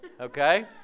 okay